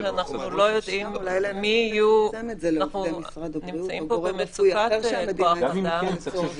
כיוון שאנחנו נמצאים פה במצוקת כוח אדם.